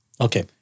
Okay